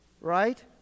Right